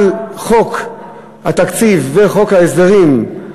על חוק התקציב וחוק ההסדרים,